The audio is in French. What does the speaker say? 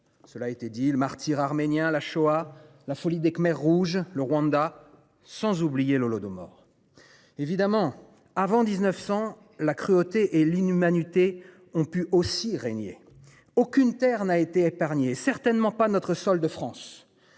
Cela a été dit, le martyre arménien la Shoah, la folie des Khmers rouges, le Rwanda, sans oublier l'Holodomor. Évidemment avant 1900 la cruauté et l'inhumanité ont pu aussi régner aucune terre n'a été épargné. Certainement pas notre sol de France.